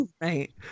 Right